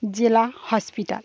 জেলা হসপিটাল